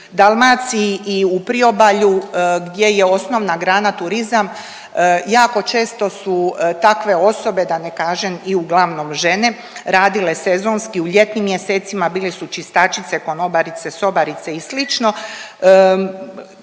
Dalmaciji i u priobalju gdje je osnovna grana turizam jako često su takve osobe, da ne kažem i uglavnom žene radile sezonski u ljetnim mjesecima, bile su čistačice, konobarice, sobarice i